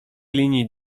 linii